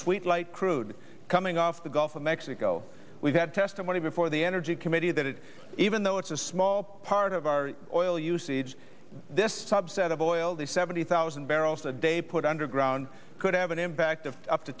sweet light crude coming off the gulf of mexico we've had testimony before the energy committee that even though it's a small part of our oil usage this subset of oil the seventy thousand barrels a day put underground could have an impact of up to